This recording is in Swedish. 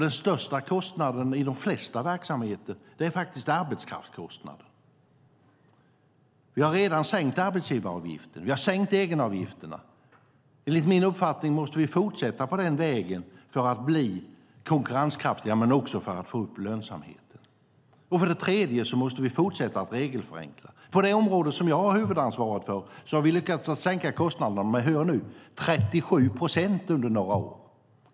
Den största kostnaden i de flesta verksamheter är faktiskt arbetskraftskostnaden. Vi har redan sänkt arbetsgivaravgiften. Vi har sänkt egenavgifterna. Enligt min uppfattning måste vi fortsätta på den vägen för att bli konkurrenskraftiga och för att få upp lönsamheten. För det tredje måste vi fortsätta att regelförenkla. På det område som jag har ansvaret för har vi lyckats sänka kostnaderna med, hör nu, 37 procent under några år.